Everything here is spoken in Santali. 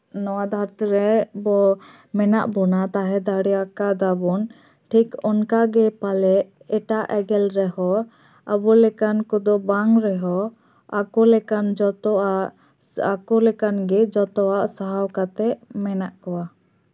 ᱱᱚᱣᱟ ᱫᱷᱟᱹᱨᱛᱤ ᱨᱮ ᱵᱚ ᱢᱮᱱᱟᱜ ᱵᱚᱱᱟ ᱛᱟᱦᱮᱸ ᱫᱟᱲᱮᱭᱟᱜ ᱠᱟᱱᱟᱵᱚᱱ ᱴᱷᱤᱠ ᱚᱱᱠᱟᱜᱮ ᱯᱟᱞᱮᱜ ᱮᱴᱟᱜ ᱮᱸᱜᱮᱞ ᱨᱮᱦᱚᱸ ᱟᱵᱚ ᱞᱮᱠᱟᱱ ᱠᱚᱫᱚ ᱵᱟᱝ ᱨᱮᱦᱚᱸ ᱟᱠᱚ ᱞᱮᱠᱟᱱ ᱜᱮ ᱡᱚᱛᱚᱣᱟᱜ ᱥᱟᱦᱟᱣ ᱠᱟᱛᱮᱫ ᱢᱮᱱᱟᱜ ᱠᱚᱣᱟ